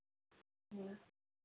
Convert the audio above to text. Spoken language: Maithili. ह्म्म